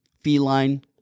feline